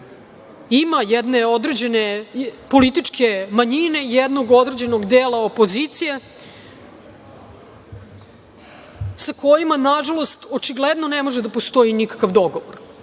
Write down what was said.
ima jedne određene političke manjine jednog određenog dela opozicije sa kojima, nažalost, očigledno ne može da postoji nikakav dogovor.